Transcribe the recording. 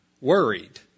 worried